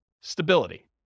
stability